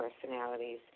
personalities